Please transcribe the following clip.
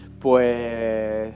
Pues